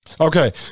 Okay